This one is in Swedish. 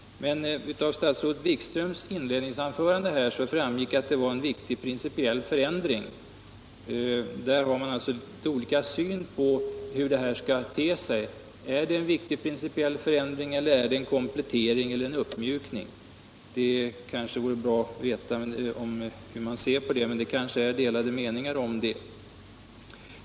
Av statsrådet Wikströms inledningsanförande framgick det emellertid att förslaget innebar en viktig principiell förändring. Här har man alltså något olika syn på hur detta skall betraktas. Är det en viktig principiell förändring eller är det en komplettering eller uppmjukning? Det kanske vore bra att få veta hur man skall se på det, eftersom det tydligen föreligger delade meningar här.